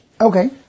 Okay